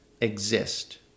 exist